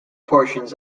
portions